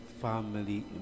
family